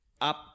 Up